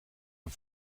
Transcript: een